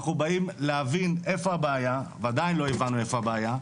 אנחנו באים להבין איפה הבעיה ועדיין לא הבנו איפה הבעיה,